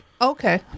Okay